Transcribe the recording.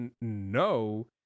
no